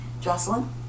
Jocelyn